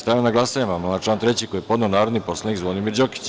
Stavljam na glasanje amandman na član 3. koji je podneo narodni poslanik Zvonimir Đokić.